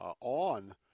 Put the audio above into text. on